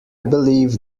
believe